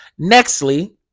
nextly